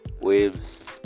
waves